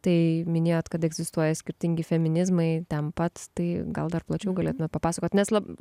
tai minėjote kad egzistuoja skirtingi feminizmui ten pat tai gal dar plačiau galėtumėme papasakoti nes labai